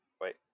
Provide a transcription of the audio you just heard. Wait